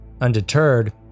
Undeterred